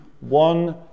one